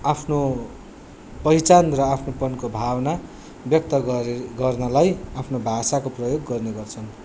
आफ्नो पहिचान र आफ्नोपनको भावना व्यक्त गरे गर्नलाई आफ्नो भाषाको प्रयोग गर्ने गर्छन्